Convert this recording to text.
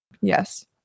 Yes